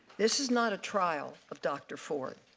this is not a trial of dr ford,